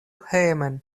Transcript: hejmen